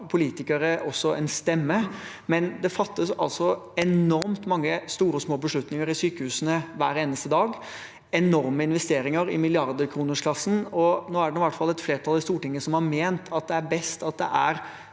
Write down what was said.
politikere også en stemme, men det fattes altså enormt mange store og små beslutninger i sykehusene hver eneste dag, og det gjøres enorme investeringer – i milliardklassen. Det er i hvert fall nå et flertall i Stortinget som har ment at det er best at det er